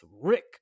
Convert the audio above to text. Rick